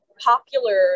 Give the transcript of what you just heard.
popular